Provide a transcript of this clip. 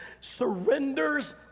surrenders